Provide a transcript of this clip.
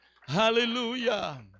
Hallelujah